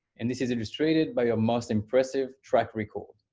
and this is illustrated by a most impressive track record.